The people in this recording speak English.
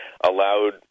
allowed